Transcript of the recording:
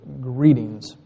greetings